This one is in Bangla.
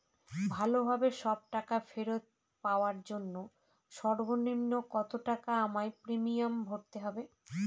ভালোভাবে সব টাকা ফেরত পাওয়ার জন্য সর্বনিম্ন কতটাকা আমায় প্রিমিয়াম ভরতে হবে?